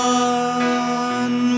one